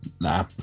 Nah